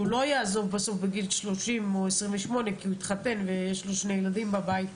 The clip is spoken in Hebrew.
שהוא לא יעזוב בגיל 28-30 כי הוא התחתן ויש לו שני ילדים בבית.